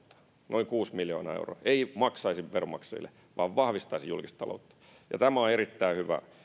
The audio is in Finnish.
noin kuusi miljoonaa euroa ei maksaisi veronmaksajille vaan vahvistaisi julkista taloutta ja tämä on erittäin hyvä